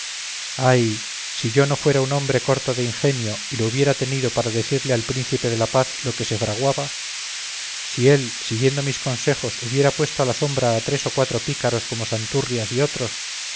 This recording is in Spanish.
ay si yo no fuera un hombre corto de genio y lo hubiera tenido para decirle al príncipe de la paz lo que se fraguaba si él siguiendo mis consejos hubiera puesto a la sombra a tres ocuatro pícaros como santurrias y otros